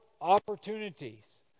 opportunities